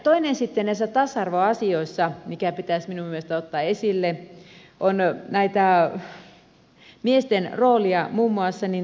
toinen asia sitten mikä pitäisi minun mielestäni ottaa esille näissä tasa arvoasioissa on miesten rooli muun muassa huoltajuusriita asioissa